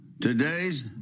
today's